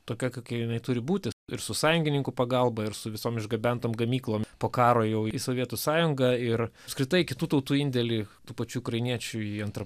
tokia kokia jinai turi būti ir su sąjungininkų pagalba ir su visom išgabentom gamyklom po karo jau į sovietų sąjungą ir apskritai kitų tautų indėlį tų pačių ukrainiečių į antrą